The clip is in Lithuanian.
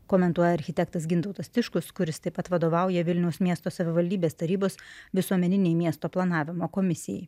komentuoja architektas gintautas tiškus kuris taip pat vadovauja vilniaus miesto savivaldybės tarybos visuomeninei miesto planavimo komisijai